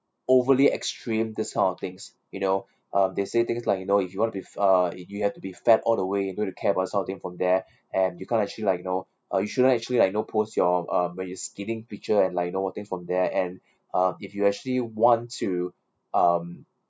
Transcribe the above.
overly extreme this kind of things you know um they say things like you know if you want to be f~ uh you have to be fat all the way no need to care this kind of thing from there and you can't actually like you know uh you shouldn't actually like know post your um when you skinny picture and like you know working from there and uh if you actually one to um